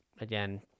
Again